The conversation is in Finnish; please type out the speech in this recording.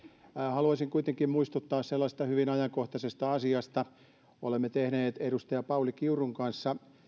haluaisin kuitenkin muistuttaa sellaisesta hyvin ajankohtaisesta asiasta että olemme tehneet edustaja pauli kiurun kanssa